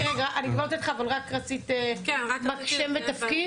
אני כבר אתן לך, אבל רק רצית רק שם ותפקיד.